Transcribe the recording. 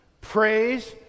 praise